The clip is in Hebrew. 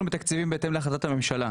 אנחנו מתקציבים בהתאם להחלטת הממשלה.